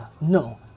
No